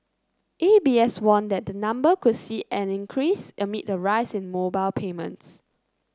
A B S warned that the number could see an increase amid a rise in mobile payments